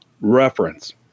reference